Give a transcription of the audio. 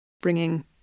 bringing